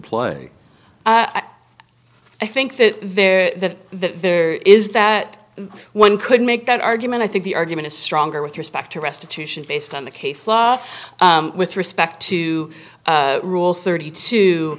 play i think that there that there is that one could make that argument i think the argument is stronger with respect to restitution based on the case law with respect to rule thirty